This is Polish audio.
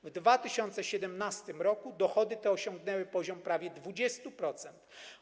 W 2017 r. dochody te osiągnęły poziom prawie 20%.